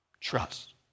Trust